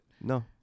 No